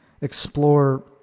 explore